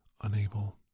unable